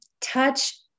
Touch